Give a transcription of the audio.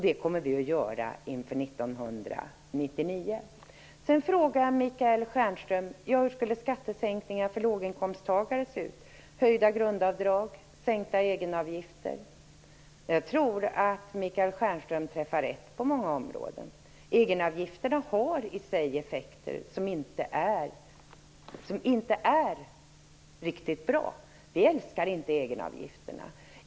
Det kommer vi att göra inför Sedan frågar Michael Stjernström hur skattesänkningar för låginkomsttagare skulle se ut och om det kan vara höjda grundavdrag eller sänkta egenavgifter. Jag tror att Michael Stjernström har rätt på många punkter. Egenavgifterna har i sig effekter som inte är riktigt bra. Vi älskar inte egenavgifterna.